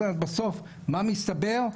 בסוף מה מסתבר?